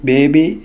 Baby